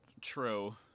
true